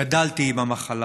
גדלתי עם המחלה,